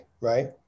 right